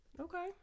Okay